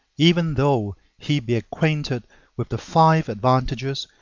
even though he be acquainted with the five advantages,